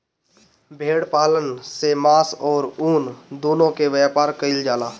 भेड़ पालन से मांस अउरी ऊन दूनो के व्यापार कईल जाला